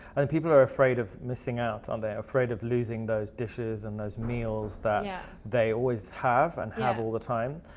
and people are afraid of missing out. and um they're afraid of losing those dishes and those meals that yeah they always have and have all the time.